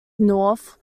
north